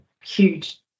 huge